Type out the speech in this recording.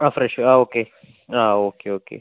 ആ ഫ്രഷ് ആ ഓക്കെ ആ ഓക്കെ ഓക്കെ